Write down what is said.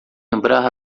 lembrar